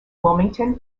wilmington